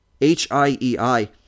H-I-E-I